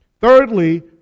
Thirdly